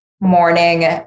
morning